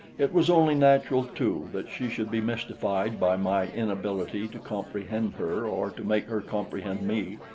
it was only natural, too, that she should be mystified by my inability to comprehend her or to make her comprehend me,